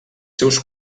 seus